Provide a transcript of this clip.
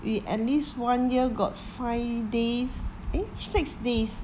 we at least one year got five days eh six days